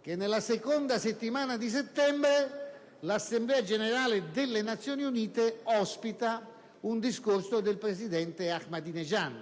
che nella seconda settimana di settembre l'Assemblea generale delle Nazioni Unite ospita un discorso del presidente Ahmadinejad